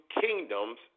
kingdoms